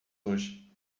hoje